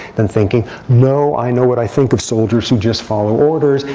then thinking, no, i know what i think of soldiers who just follow orders.